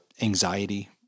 anxiety